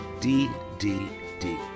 ddd